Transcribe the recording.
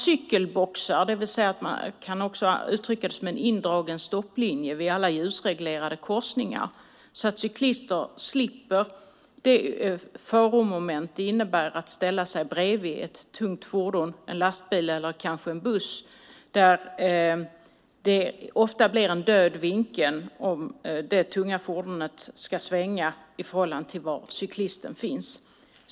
Cykelboxar, det vill säga en indragen stopplinje vid alla ljusreglerade korsningar, innebär att cyklister slipper den fara det innebär att ställa sig bredvid ett tungt fordon som lastbil eller buss. Det blir ofta en död vinkel när det fordonet ska svänga framför cyklisten.